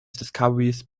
discoveries